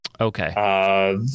Okay